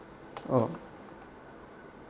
oh